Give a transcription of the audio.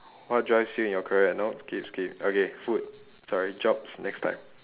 what drives you in your career nope skip skip okay food sorry jobs next time